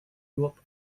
europe